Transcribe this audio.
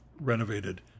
renovated